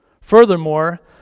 Furthermore